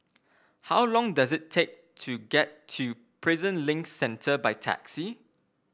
how long does it take to get to Prison Link Centre by taxi